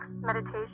meditation